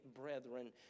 brethren